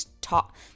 talk